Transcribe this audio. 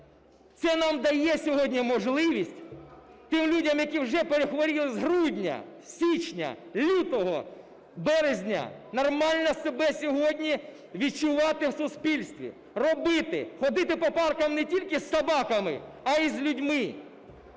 Це нам дає сьогодні можливість, тим людям, які вже перехворіли з грудня, з січня, лютого, березня, нормально себе сьогодні відчувати в суспільстві, робити, ходити по парках не тільки з собаками, а і з людьми.